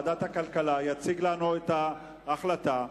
הכלכלה יציג לנו את ההחלטה.